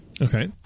Okay